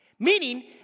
Meaning